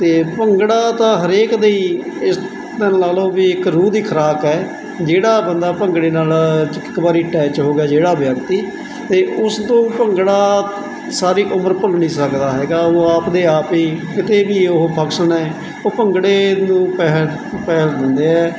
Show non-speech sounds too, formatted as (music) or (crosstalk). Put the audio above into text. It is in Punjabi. ਅਤੇ ਭੰਗੜਾ ਤਾਂ ਹਰੇਕ ਦੇ ਹੀ (unintelligible) ਲਾ ਲਓ ਵੀ ਇੱਕ ਰੂਹ ਦੀ ਖੁਰਾਕ ਹੈ ਜਿਹੜਾ ਬੰਦਾ ਭੰਗੜੇ ਨਾਲ ਇੱਕ ਵਾਰੀ ਅਟੈਚ ਹੋ ਗਿਆ ਜਿਹੜਾ ਵਿਅਕਤੀ ਅਤੇ ਉਸ ਤੋਂ ਭੰਗੜਾ ਸਾਰੀ ਉਮਰ ਭੁੱਲ ਨਹੀਂ ਸਕਦਾ ਹੈਗਾ ਉਹ ਆਪ ਦੇ ਆਪ ਹੀ ਕਿਤੇ ਵੀ ਉਹ ਫੰਕਸ਼ਨ ਹੈ ਉਹ ਭੰਗੜੇ ਨੂੰ ਪਹਿਰ ਪਹਿਲ ਦਿੰਦੇ ਹੈ